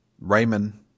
Raymond